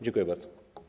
Dziękuję bardzo.